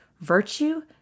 virtue